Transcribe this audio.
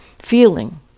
feeling